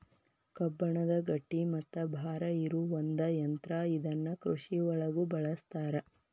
ಕಬ್ಬಣದ ಗಟ್ಟಿ ಮತ್ತ ಭಾರ ಇರು ಒಂದ ಯಂತ್ರಾ ಇದನ್ನ ಕೃಷಿ ಒಳಗು ಬಳಸ್ತಾರ